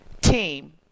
team